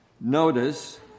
Notice